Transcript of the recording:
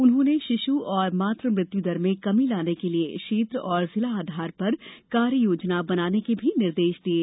उन्होंने शिशु और मातृ मृत्यु दर में कमी लाने के लिये क्षेत्र और जिला आधार पर कार्य योजना बनाने के निर्देश भी दिये